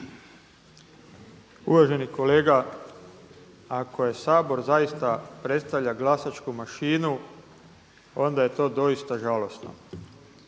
Uvaženi kolega, ako Sabor zaista predstavlja glasačku mašinu, onda je to doista žalosno.